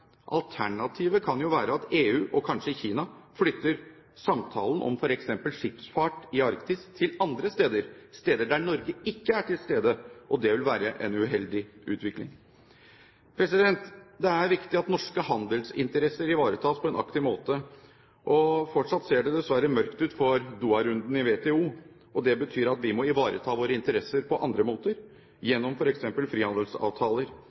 Alternativet kan jo være at EU, og kanskje Kina, flytter samtalene om f.eks. skipsfart i Arktis til andre steder – steder der Norge ikke er til stede. Det vil være en uheldig utvikling. Det er viktig at norske handelsinteresser ivaretas på en aktiv måte. Fortsatt ser det dessverre mørkt ut for Doha-runden i WTO. Det betyr at vi må ivareta våre interesser på andre måter, gjennom f.eks. frihandelsavtaler.